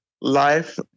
life